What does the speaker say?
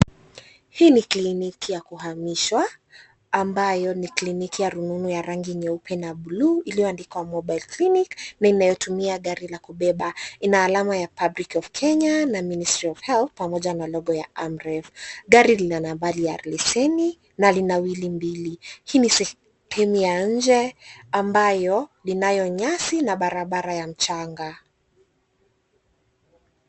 Hii ni kliniki ya kuhamishwa ambayo ni kliniki ya rununu ya rangi nyeupe na buluu iliyoandikwa mobile clinic na inayotumia gari la kubeba. Ina alama ya Republic of Kenya na Ministry of Health pamoja na logo ya Amref. Gari lina nambari ya leseni na lina wheel mbili. Hii ni sehemu ya nje ambayo linayo nyasi na barabara ya mchanga.